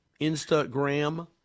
Instagram